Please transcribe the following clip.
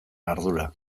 ardura